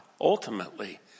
Ultimately